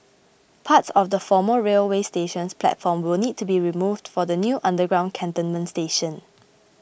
parts of the former railway station's platform will need to be removed for the new underground Cantonment station